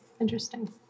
Interesting